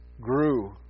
grew